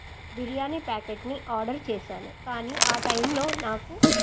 బిర్యానీ ప్యాకెట్ని ఆర్డర్ చేశాను కానీ ఆ టైంలో నాకు